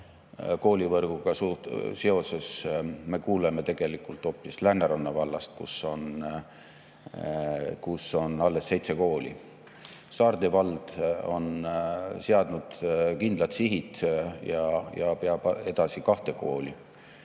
koolivõrguga seoses: me kuuleme tegelikult hoopis Lääneranna vallast, kus on alles seitse kooli. Saarde vald on seadnud kindlad sihid ja peab edasi kahte kooli.